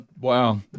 Wow